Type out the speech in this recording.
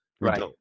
Right